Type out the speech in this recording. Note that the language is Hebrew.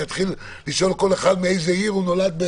אתחיל לשאול כל אחד באיזו עיר הוא נולד?